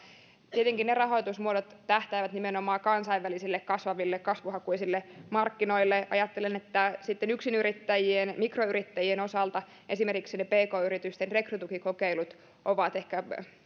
tietenkin ne rahoitusmuodot tähtäävät nimenomaan kansainvälisille kasvaville kasvuhakuisille markkinoille ajattelen että sitten yksinyrittäjien mikroyrittäjien osalta esimerkiksi pk yritysten rekrytukikokeilut ovat ehkä